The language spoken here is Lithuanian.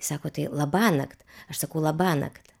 sako tai labanakt aš sakau labanakt